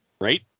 Right